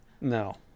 No